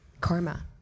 karma